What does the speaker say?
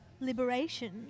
Liberation